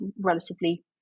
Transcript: relatively